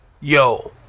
yo